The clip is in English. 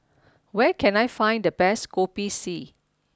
where can I find the best Kopi C